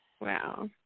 wow